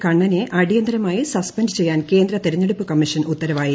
കണ്ണനെ അടിയന്തിരുമായി സസ്പെൻഡ് ചെയ്യാൻ കേന്ദ്ര തെരഞ്ഞെടുപ്പ് കൂമ്മീഷൻ ഉത്തരവായി